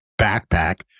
backpack